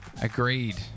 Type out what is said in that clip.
Agreed